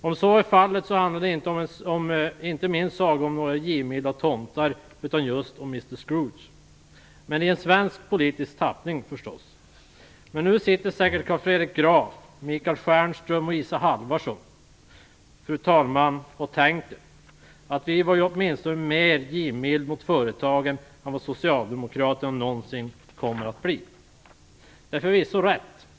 Om så är fallet handlar min saga inte om några givmilda tomtar utan just om Mr Scrooge, fast i en svensk politisk tappning, förstås. Fru talman! Nu sitter säkert Carl Fredrik Graf, Michael Stjernström och Isa Halvarsson och tänker att de åtminstone var mer givmilda mot företagen än vad Socialdemokraterna någonsin kommer att bli. Det är förvisso rätt.